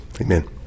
Amen